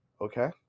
Okay